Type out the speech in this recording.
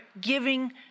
giving